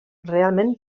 realment